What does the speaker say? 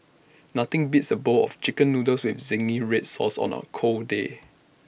nothing beats A bowl of Chicken Noodles with Zingy Red Sauce on A cold day